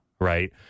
right